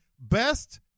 best